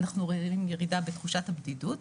אנחנו רואים ירידה בתחושת הבדידות.